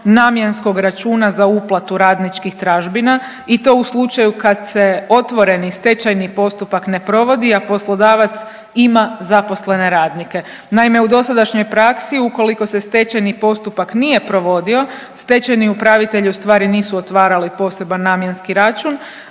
namjenskog računa za uplatu radničkih tražbina i to u slučaju kad se otvoreni stečajni postupak ne provodi, a poslodavac ima zaposlene radnike. Naime, u dosadašnjoj praksi ukoliko se stečajni postupak nije provodio stečajni upravitelji ustvari nisu otvarali poseban namjenski račun,